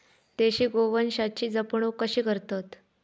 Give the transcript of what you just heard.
देशी गोवंशाची जपणूक कशी करतत?